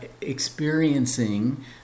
experiencing